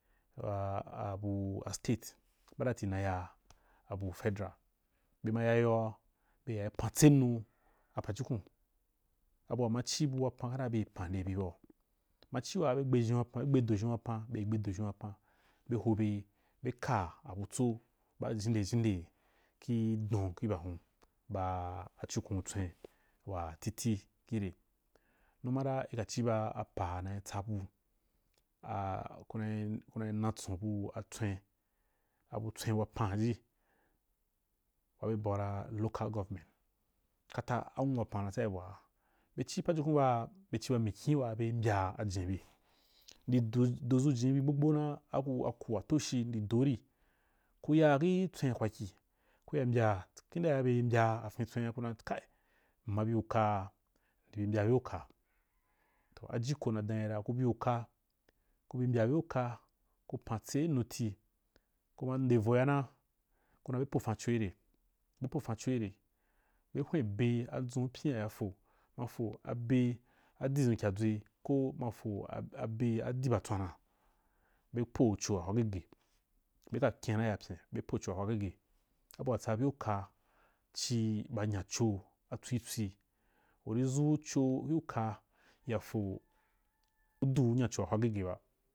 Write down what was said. Ba abuu a state badati na ya abu federal bema ya yoa be yaa pantse nuu a pajukun abu wa ma ci bu wapan kata beri pan nde bu bau maci be gbe ʒhen wapan be gbedo ʒhen wapan be gbedon ʒhen wapan be hobe be ka abutso baa jinderi-jinderi ki don ki bahun ba a cukon tswen wa tite kure numa ra i ka ciba apa nai tsabu a kurna kurna natson bu atswen abu atswen wapan waji waa bena bau ra local government kafa a nwu wapan na tsai a bu wa ga be ci pajukun ba be ciba mikyin waa be mbya ajen be do dʒu jinì be gbosbo numa agu aku atoshi ni dori ku ya ki tswen wa kwakyi kwya mbya kendaa mbe mbya a fin tswen’a ku dan kai m ma bi uka ndi mbya bye uka toh ajiko na danyi ra ku bi uka ku mbya bye uka ku pantse nnu tii kuma nde vo ya na ku dan be pofan co kire, be pofan co kire be hwen abe adʒun pyina ya fo ma fo abe adi dʒun kyadʒwe ko rna fo abe adipa tswana, be po co waga gege beka kyena ya pyen be co wa hwa gige abu wa tsa bye uka ci ba nyaco atswi tswi uri dʒu co gi uka nyafou duu coa wa hwa gege ba.